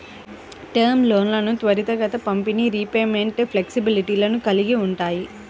term లోన్లు త్వరిత పంపిణీ, రీపేమెంట్ ఫ్లెక్సిబిలిటీలను కలిగి ఉంటాయి